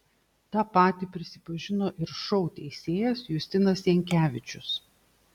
tą patį prisipažino ir šou teisėjas justinas jankevičius